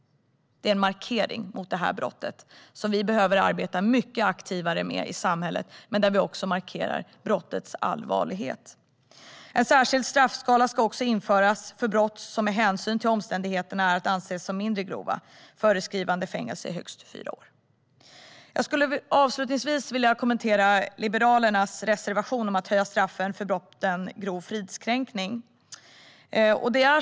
Det här är ett brott som vi måste arbeta mycket aktivare mot i samhället, och på detta sätt markerar vi brottets allvarlighet. En särskild straffskala ska också införas för brott som med hänsyn till omständigheterna är att anse som mindre grova, föreskrivande fängelse i högst fyra år. Jag ska avslutningsvis kommentera Liberalernas reservation om att höja straffen för brottet grov fridskränkning.